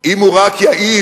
אם הוא רק יעז,